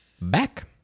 back